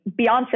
Beyonce